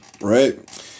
right